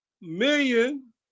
million